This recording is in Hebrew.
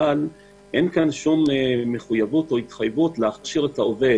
אבל אין כאן שום מחויבות או התחייבות להכשיר את העובד